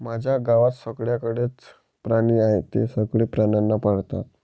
माझ्या गावात सगळ्यांकडे च प्राणी आहे, ते सगळे प्राण्यांना पाळतात